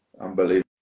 Unbelievable